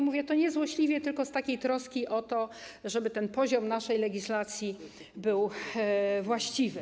Mówię to niezłośliwie, tylko z troski o to, żeby poziom naszej legislacji był właściwy.